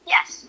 Yes